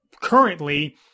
Currently